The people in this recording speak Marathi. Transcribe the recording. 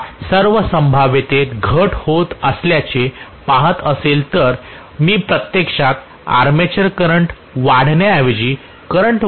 च्या सर्व संभाव्यतेत घट होत असल्याचे पाहत असेल तर मी प्रत्यक्षात आर्मेचर करंट वाढण्याऐवजी करंट वाढीकडे पाहत आहे